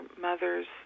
mother's